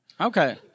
okay